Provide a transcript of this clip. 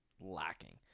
lacking